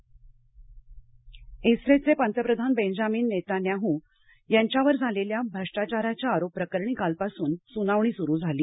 Israel सनावणी इस्रेल्ये पंतप्रधान बेन्जामिन नेतान्याह यांच्यावर झालेल्या भ्रष्टाचाराच्या आरोपाप्रकरणी कालपासून सुनावणी सुरू झाली